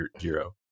zero